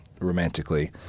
romantically